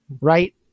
right